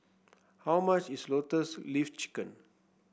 how much is Lotus Leaf Chicken